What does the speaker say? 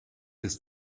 ist